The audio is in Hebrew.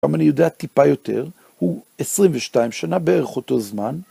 גם אני יודע טיפה יותר, הוא 22 שנה בערך אותו זמן.